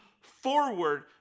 forward